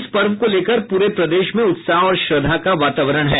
इस पर्व को लेकर पूरे प्रदेश में उत्साह और श्रद्धा का वातावरण है